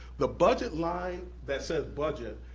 the budget line that says budget,